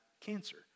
cancer